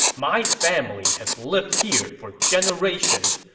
my family has lived here for generations.